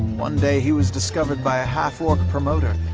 one day he was discovered by a half-orc promoter,